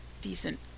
decent